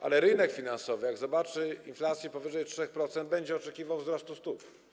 Ale rynek finansowy, jak zobaczy inflację powyżej 3%, będzie oczekiwał wzrostu stóp.